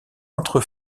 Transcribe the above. entre